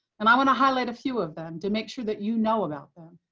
and i want to highlight a few of them to make sure that you know about them.